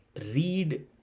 read